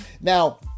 Now